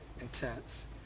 intense